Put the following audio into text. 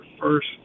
first